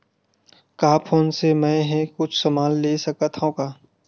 का फोन से मै हे कुछु समान ले सकत हाव का?